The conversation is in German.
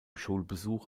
schulbesuch